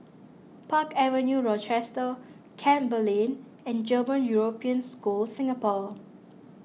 Park Avenue Rochester Campbell Lane and German European School Singapore